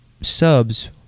subs